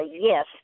Yes